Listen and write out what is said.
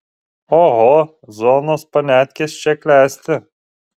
oho zonos paniatkės čia klesti